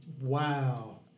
Wow